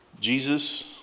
Jesus